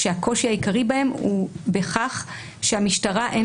שהקושי העיקרי בהן בכך שלמשטרה אין